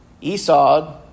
Esau